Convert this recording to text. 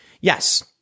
Yes